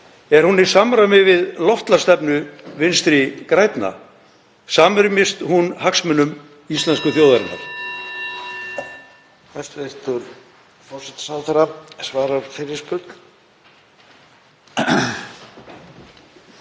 Er hún í samræmi við loftslagsstefnu Vinstri grænna? Samrýmist hún hagsmunum íslensku þjóðarinnar?